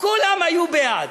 כולם היו בעד.